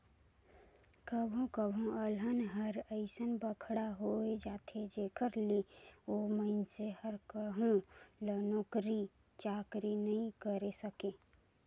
कभो कभो अलहन हर अइसन बड़खा होए जाथे जेखर ले ओ मइनसे हर कहो ल नउकरी चाकरी नइ करे सके